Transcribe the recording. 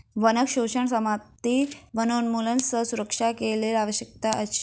वनक शोषण समाप्ति वनोन्मूलन सँ सुरक्षा के लेल आवश्यक अछि